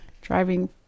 driving